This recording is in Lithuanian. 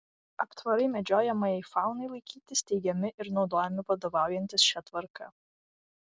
aptvarai medžiojamajai faunai laikyti steigiami ir naudojami vadovaujantis šia tvarka